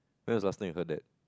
when was the last time you heard that